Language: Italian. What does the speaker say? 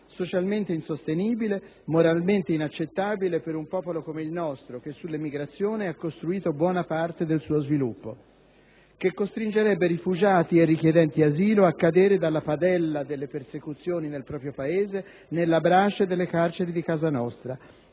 socialmente insostenibile, moralmente inaccettabile per un popolo come il nostro, che sull'emigrazione ha costruito buona parte del suo sviluppo; che costringerebbe rifugiati e richiedenti asilo a cadere dalla padella delle persecuzioni nel proprio Paese nella brace delle carceri di casa nostra;